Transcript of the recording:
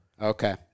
Okay